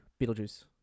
Beetlejuice